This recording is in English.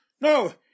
No